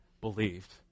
believed